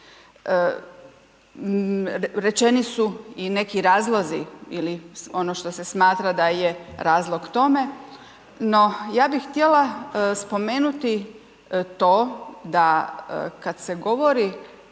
Rečeni su i neki razlozi ili ono što se smatra da je razlog tome, no ja bih htjela spomenuti to da kad se govori